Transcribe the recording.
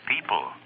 people